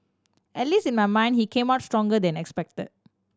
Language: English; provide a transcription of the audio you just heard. at least in my mind he came out stronger than expect